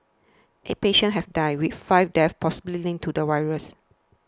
eight patients have died with five deaths possibly linked to the virus